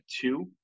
two